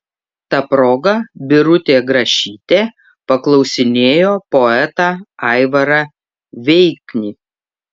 ta proga birutė grašytė paklausinėjo poetą aivarą veiknį